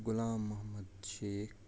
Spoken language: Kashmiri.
غلام محمد شیخ